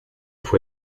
fue